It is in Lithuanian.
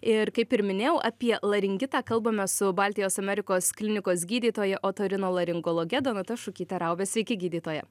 ir kaip ir minėjau apie laringitą kalbame su baltijos amerikos klinikos gydytoja otorinolaringologe donata šukyte raube sveiki gydytoja